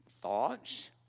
thoughts